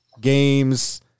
games